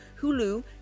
Hulu